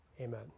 Amen